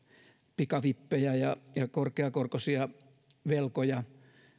pikavippejä ja ja korkeakorkoisia velkoja